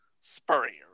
Spurrier